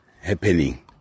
happening